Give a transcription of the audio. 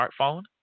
smartphone